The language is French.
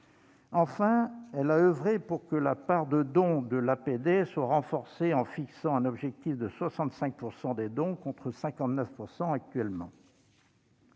Enfin, elle a oeuvré pour que la part de dons de l'APD soit renforcée en fixant un objectif de 65 % de dons, contre 59 % actuellement.